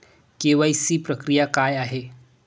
KYC प्रक्रिया काय आहे?